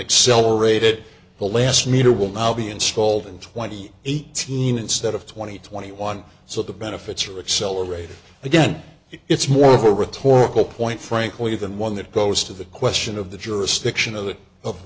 accelerated the last meter will now be installed in twenty eight team instead of twenty twenty one so the benefits are accelerating again it's more of a rhetorical point frankly than one that goes to the question of the jurisdiction of the of